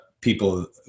people